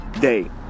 day